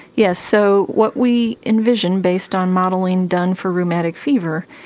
yes, so what we envision, based on modelling done for rheumatic fever,